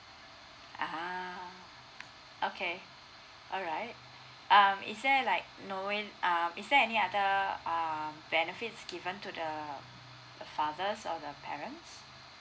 ah okay alright um is there like know in um is there any other um benefits given to the fathers or the patents